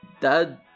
dad